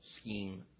scheme